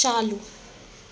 चालू